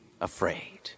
afraid